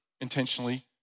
intentionally